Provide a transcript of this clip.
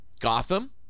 Gotham